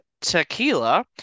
tequila